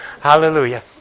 Hallelujah